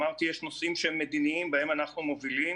אמרתי שיש נושאים שהם מדיניים שבהם אנחנו מובילים